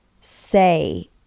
say